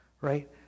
Right